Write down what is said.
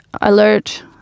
alert